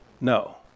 No